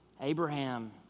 Abraham